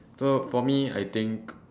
so for me I think